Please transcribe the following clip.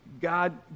God